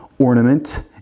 ornament